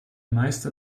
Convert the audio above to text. meister